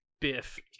biff